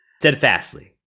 steadfastly